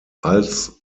als